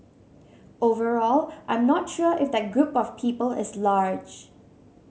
overall I'm not sure if that group of people is large